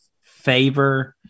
favor